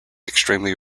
extremely